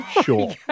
Sure